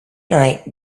night